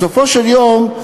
בסופו של יום,